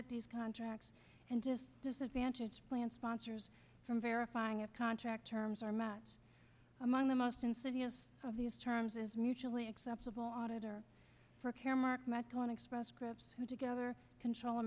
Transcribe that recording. audit these contracts and to disadvantage plan sponsors from verifying a contract terms are met among the most insidious of these terms as mutually acceptable auditor for caremark medco and express scripts who together control